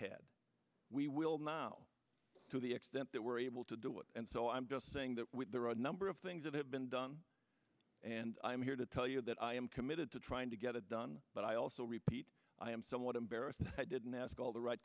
had we will now to the extent that we're able to do it and so i'm just saying that with there are a number of things that have been done and i'm here to tell you that i am committed to trying to get it done but i also repeat i am somewhat embarrassed i didn't ask all the right